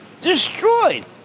Destroyed